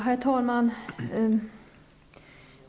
Herr talman!